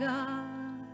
God